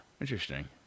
interesting